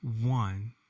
one